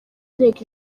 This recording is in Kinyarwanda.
inteko